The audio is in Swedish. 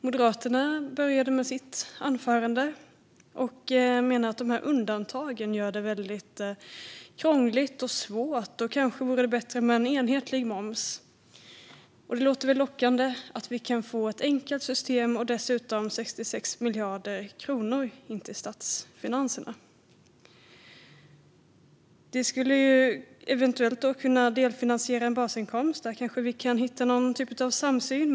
Moderaterna menade i sitt anförande att undantagen gör det krångligt och svårt och att det kanske vore bättre med en enhetlig moms. Det låter väl lockande att kunna få ett enkelt system och dessutom 66 miljarder kronor in till statsfinanserna. Det skulle eventuellt kunna delfinansiera en basinkomst. Där kanske vi kan hitta någon typ av samsyn.